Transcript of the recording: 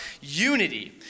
unity